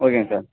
ஓகேங்க சார்